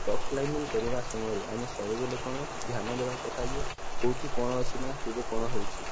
rock climbing କରିବା ସମୟରେ ଆମେ ସବୁବେଳେ କ'ଣ ଧ୍ୟାନ ଦେବା କଥା ଯେ କେଉଁଠି କ'ଣ ଅଛି ନା କେବେ କ'ଣ ହେଉଛି